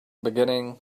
beginning